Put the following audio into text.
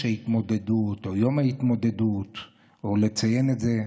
ההתמודדות או יום ההתמודדות או לציין את זה,